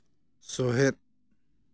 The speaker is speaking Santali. ᱥᱩᱦᱮᱫ